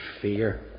fear